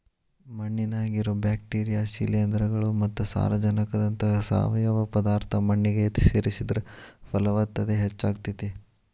ಮಣ್ಣಿನ್ಯಾಗಿರೋ bacteria, ಶಿಲೇಂಧ್ರಗಳು ಮತ್ತ ಸಾರಜನಕದಂತಹ ಸಾವಯವ ಪದಾರ್ಥ ಮಣ್ಣಿಗೆ ಸೇರಿಸಿದ್ರ ಪಲವತ್ತತೆ ಹೆಚ್ಚಾಗ್ತೇತಿ